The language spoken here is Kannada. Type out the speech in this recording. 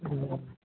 ಹ್ಞೂ ಹ್ಞೂ